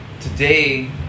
Today